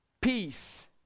Peace